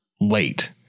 late